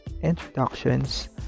introductions